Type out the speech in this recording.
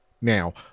Now